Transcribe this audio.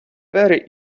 very